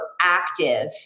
active